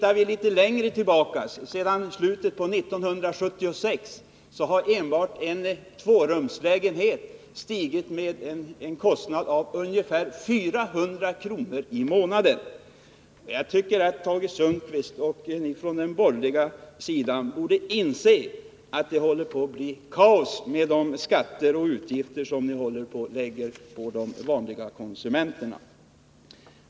Går vi litet längre tillbaka och ser på förhållandena i slutet av 1976 finner vi att hyran för en tvårumslägenhet sedan dess har stigit med ungefär 400 kr. i månaden. Jag tycker att Tage Sundkvist och ni andra på den borgerliga sidan borde inse att det håller på att bli kaos till följd av de skatter och utgifter som ni lägger på de vanliga konsumenterna.